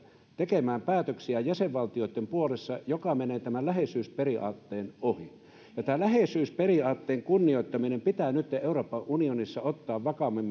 tekemään päätöksiä jäsenvaltioitten puolesta mikä menee tämän läheisyysperiaatteen ohi tämän läheisyysperiaatteen kunnioittaminen pitää nytten euroopan unionissa ottaa vakavammin